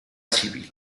civil